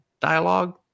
dialogue